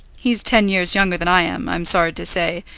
he's ten years younger than i am, i'm sorry to say,